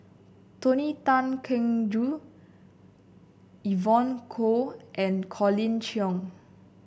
Tony Tan Keng Joo Evon Kow and Colin Cheong